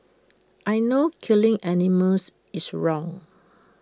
I know killing animals is wrong